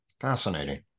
Fascinating